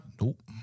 Nope